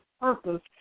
purpose